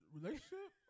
Relationship